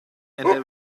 they